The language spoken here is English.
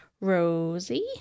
Rosie